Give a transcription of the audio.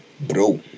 Bro